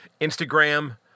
Instagram